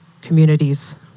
communities